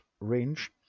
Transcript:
range